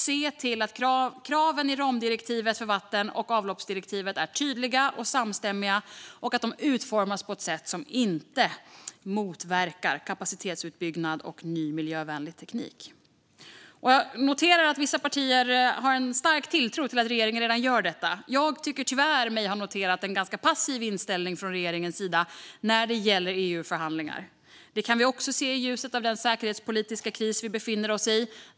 Se till att kraven i ramdirektivet för vatten och avloppsdirektivet är tydliga och samstämmiga och att de utformas på ett sätt som inte motverkar kapacitetsutbyggnad och ny miljövänlig teknik! Jag noterar att vissa partier har en stark tilltro till att regeringen redan gör detta. Jag tycker mig tyvärr ha noterat en ganska passiv inställning från regeringens sida när det gäller EU-förhandlingar. Det kan vi också se i ljuset av den säkerhetspolitiska kris vi befinner oss i.